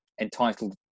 entitled